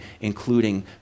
including